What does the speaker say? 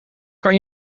kan